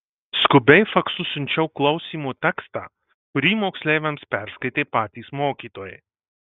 skubiai faksu siunčiau klausymo tekstą kurį moksleiviams perskaitė patys mokytojai